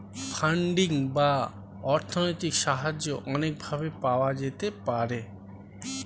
funding বা অর্থনৈতিক সাহায্য অনেক ভাবে পাওয়া যেতে পারে